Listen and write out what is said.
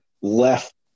left